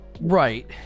Right